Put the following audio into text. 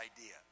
idea